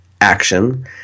action